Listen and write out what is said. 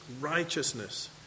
Righteousness